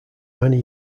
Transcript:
many